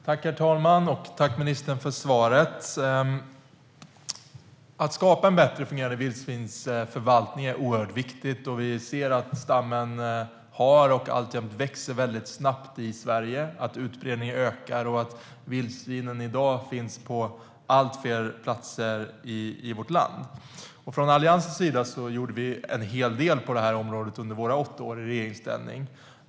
Herr talman! Tack, ministern, för svaret! Från Alliansens sida gjorde vi en hel del på det här området under våra åtta år i regeringsställning.